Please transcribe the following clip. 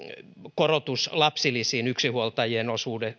korotus lapsilisiin yksinhuoltajien